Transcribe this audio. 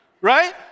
right